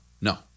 No